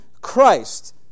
Christ